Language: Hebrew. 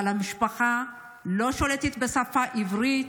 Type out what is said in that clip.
אבל המשפחה לא שולטת בשפה העברית,